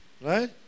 Right